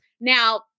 now